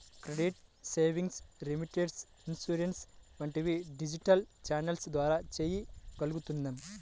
credit, savings, remittance, insurance వంటివి digital ఛానెల్ల ద్వారా చెయ్యగలుగుతున్నాం